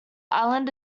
island